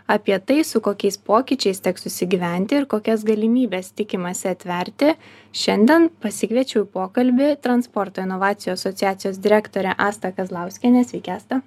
apie tai su kokiais pokyčiais teks susigyventi ir kokias galimybes tikimasi atverti šiandien pasikviečiau į pokalbį transporto inovacijų asociacijos direktorę astą kazlauskienę sveiki asta